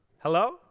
hello